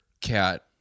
cat